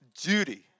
duty